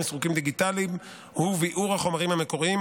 סרוקים דיגיטלית וביעור החומרים המקוריים,